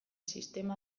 sistema